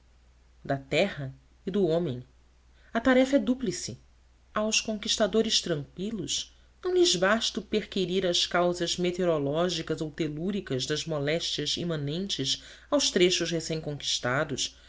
da terra e do homem a tarefa é dúplice aos conquistadores tranqüilos não lhes basta o perquirir as causas meteorológicas ou telúricas das moléstias imanentes aos trechos recémconquistados